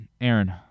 Aaron